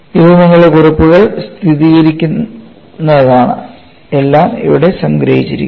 ഇത് നിങ്ങളുടെ കുറിപ്പുകൾ സ്ഥിരീകരിക്കുന്നതിനാണ് എല്ലാം ഇവിടെ സംഗ്രഹിച്ചിരിക്കുന്നു